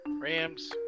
Rams